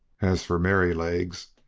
as for merrylegs,